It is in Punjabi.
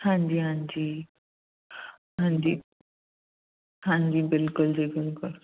ਹਾਂਜੀ ਹਾਂਜੀ ਹਾਂਜੀ ਹਾਂਜੀ ਬਿਲਕੁਲ ਜੀ ਬਿਲਕੁਲ